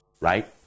right